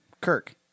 Kirk